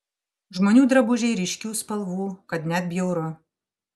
žmonių drabužiai ryškių spalvų kad net bjauru